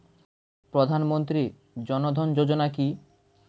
প্রধানমন্ত্রী জনধন যোজনা কি?